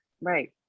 Right